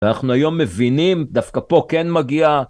ואנחנו היום מבינים, דווקא פה כן מגיע...